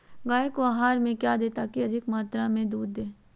गाय को आहार में क्या दे ताकि अधिक मात्रा मे दूध दे?